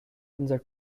unser